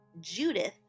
Judith